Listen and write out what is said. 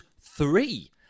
three